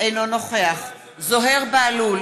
אינו נוכח זוהיר בהלול,